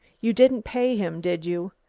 you didn't pay him, did you?